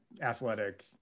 athletic